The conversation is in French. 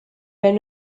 met